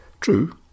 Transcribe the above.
True